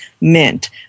Mint